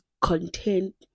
content